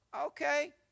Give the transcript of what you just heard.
Okay